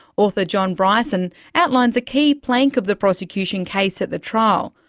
author john bryson outlines a key plank of the prosecution case at the trial,